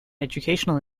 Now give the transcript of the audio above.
educational